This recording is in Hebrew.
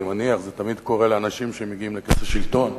אני מניח שזה תמיד קורה לאנשים שמגיעים לכס השלטון.